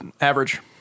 average